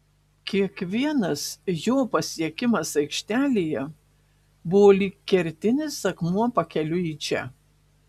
kiekvienas jo pasiekimas aikštelėje buvo lyg kertinis akmuo pakeliui į čia